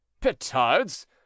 Petard's